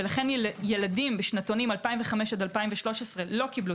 לכן ילדים בשנתונים 2005 עד 2013 לא קיבלו